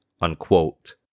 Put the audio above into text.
unquote